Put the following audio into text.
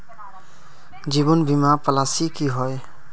जीवन बीमा पॉलिसी की होय?